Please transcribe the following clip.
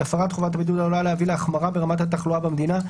הפרת חובת הבידוד עלולה להביא להחמרה ברמת התחלואה במדינה,